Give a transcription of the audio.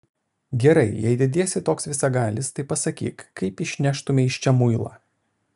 gerai jei dediesi toks visagalis tai pasakyk kaip išneštumei iš čia muilą